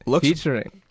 Featuring